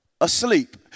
asleep